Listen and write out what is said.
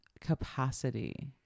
capacity